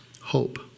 hope